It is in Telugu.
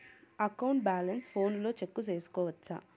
అకౌంట్ బ్యాలెన్స్ ఫోనులో చెక్కు సేసుకోవచ్చా